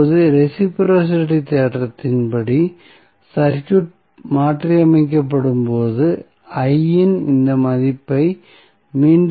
இப்போது ரெஸிபிரோஸிட்டி தேற்றத்தின் படி சர்க்யூட் மாற்றியமைக்கப்படும் போது I இன் இந்த மதிப்பை மீண்டும் 1